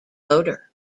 loader